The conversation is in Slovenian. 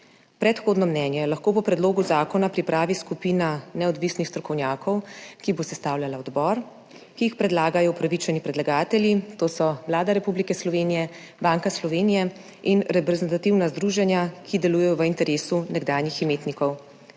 Predhodno mnenje lahko po predlogu zakona pripravi skupina neodvisnih strokovnjakov, ki bo sestavljala odbor in ki jih predlagajo upravičeni predlagatelji, to so Vlada Republike Slovenije, Banka Slovenije in reprezentativna združenja, ki delujejo v interesu nekdanjih imetnikov.